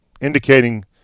indicating